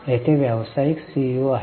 येथे व्यावसायिक सीईओ आहेत